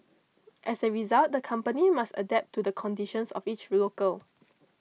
as a result the company must adapt to the conditions of each